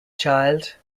child